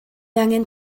angen